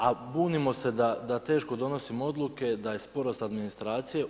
A bunimo se da teško donosimo odluke, da je sporost administracije.